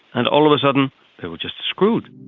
and all of a sudden they were just screwed.